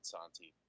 Santi